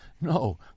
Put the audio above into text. No